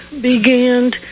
began